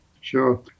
Sure